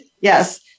Yes